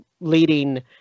leading